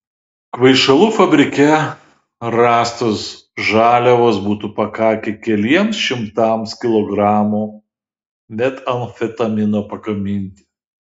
kvaišalų fabrike rastos žaliavos būtų pakakę keliems šimtams kilogramų metamfetamino pagaminti